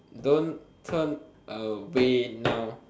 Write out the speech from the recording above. don't turn away now